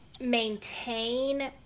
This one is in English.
maintain